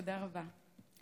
תודה רבה.